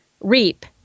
reap